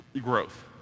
growth